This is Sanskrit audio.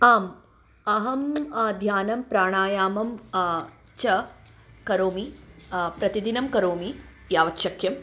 आम् अहं ध्यानं प्राणायामं च करोमि प्रतिदिनं करोमि यावत् शक्यं